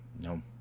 No